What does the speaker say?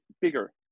bigger